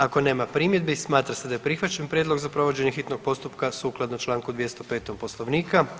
Ako nema primjedbi smatra se da je prihvaćen prijedlog za provođenje hitnog postupka sukladno čl. 205. poslovnika.